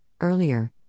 earlier